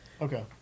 Okay